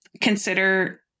consider